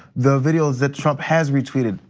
the video that trump has retweeted,